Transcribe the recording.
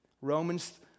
Romans